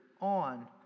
on